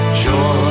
joy